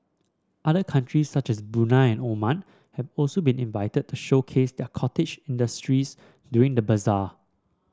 other countries such as Brunei Oman have also been invited to showcase their cottage industries during the bazaar